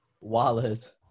Wallace